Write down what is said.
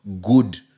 good